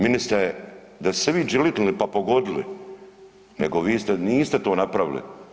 Ministre, da ste se vi đelitnuli pa pogodili, nego vi niste to napravili.